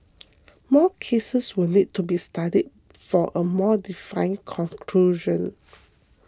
more cases will need to be studied for a more definite conclusion